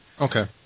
Okay